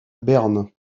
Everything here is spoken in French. berne